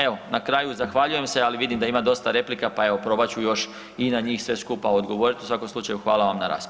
Evo, na kraju zahvaljujem se ali vidim da ima dosta replika pa evo, probat ću još i na njih sve skupa odgovoriti, u svakom slučaju, hvala vam na raspravi.